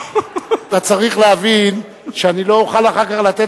אתה צריך להבין שאני לא אוכל אחר כך לתת